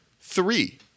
three